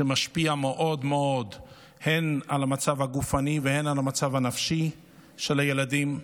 שמשפיע מאוד מאוד הן על המצב הגופני והן על המצב הנפשי של הילדים.